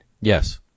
Yes